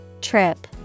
Trip